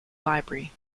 library